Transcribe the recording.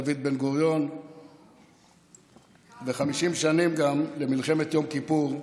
דוד בן-גוריון ו-50 שנים גם למלחמת יום כיפור,